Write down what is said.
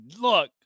Look